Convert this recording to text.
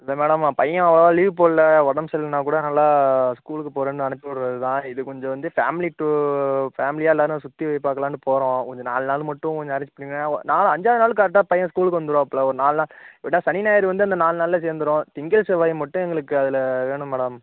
இல்லை மேடம் பையன் அவ்வளவாக லீவு போடல உடம்பு சரியில்லனா கூட நானெலாம் ஸ்கூலுக்கு போகிறேன்னு அனுப்பிவிட்டுறது தான் இது கொஞ்சம் வந்து ஃபேம்லி டூர் ஃபேம்லியாக எல்லோரும் சுற்றி பார்க்கலான்னு போகிறோம் கொஞ்சம் நாலு நாள் மட்டும் கொஞ்சம் அனுப்புனீங்கன்னால் நாலு அஞ்சாவது நாள் கரெக்டாக பையன் ஸ்கூலுக்கு வந்துருவாப்பில ஒரு நாலு நாள் விட்டால் சனி ஞாயிறு வந்து அந்த நாலு நாளில் சேர்ந்துரும் திங்கள் செவ்வாய் மட்டும் எங்களுக்கு அதில் வேணும் மேடம்